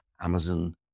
Amazon